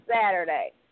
Saturday